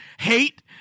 hate